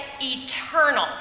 eternal